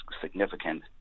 significant